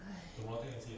!haiya!